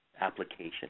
application